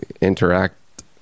interact